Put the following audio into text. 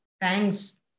thanks